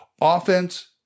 offense